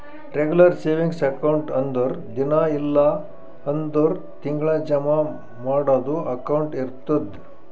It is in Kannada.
ರೆಗುಲರ್ ಸೇವಿಂಗ್ಸ್ ಅಕೌಂಟ್ ಅಂದುರ್ ದಿನಾ ಇಲ್ಲ್ ಅಂದುರ್ ತಿಂಗಳಾ ಜಮಾ ಮಾಡದು ಅಕೌಂಟ್ ಇರ್ತುದ್